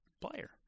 player